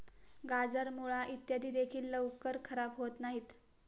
गाजर, मुळा इत्यादी देखील लवकर खराब होत नाहीत